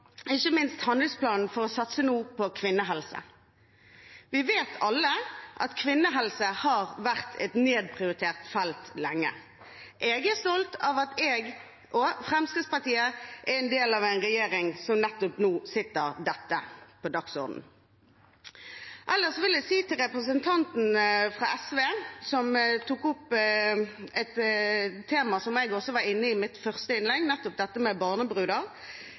ikke minst handlingsplanen for nå å satse på kvinnehelse. Vi vet alle at kvinnehelse har vært et nedprioritert felt lenge. Jeg er stolt av at jeg og Fremskrittspartiet er en del av en regjering som nettopp nå setter dette på dagsordenen. Ellers vil jeg si til representanten fra SV, som tok opp et tema som jeg også var inne på i mitt første innlegg, dette med